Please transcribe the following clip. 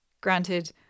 Granted